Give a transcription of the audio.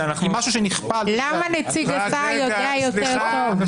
היא משהו שנכפה --- אבל למה נציג השר יודע יותר טוב?